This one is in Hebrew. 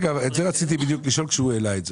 את זה רציתי לשאול כשהוא העלה את זה,